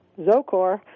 Zocor